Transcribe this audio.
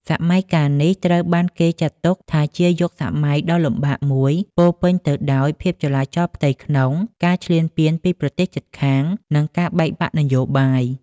សម័យកាលនេះត្រូវបានគេចាត់ទុកថាជាយុគសម័យដ៏លំបាកមួយ ពោរពេញទៅដោយភាពចលាចលផ្ទៃក្នុង ការឈ្លានពានពីប្រទេសជិតខាង និងការបែកបាក់នយោបាយ។